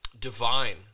divine